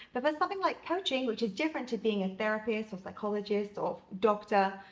but for something like coaching, which is different to being a therapist or psychologist or doctor,